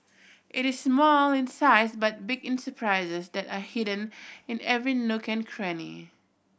it is small in size but big in surprises that are hidden in every nook and cranny